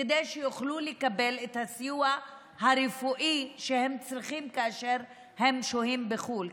כדי שיוכלו לקבל את הסיוע הרפואי שהם צריכים כאשר הם שוהים בחו"ל,